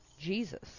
Jesus